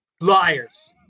Liars